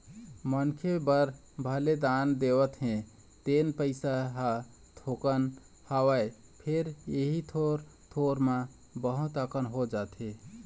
मनखे बर भले दान देवत हे तेन पइसा ह थोकन हवय फेर इही थोर थोर म बहुत अकन हो जाथे